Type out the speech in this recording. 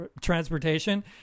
transportation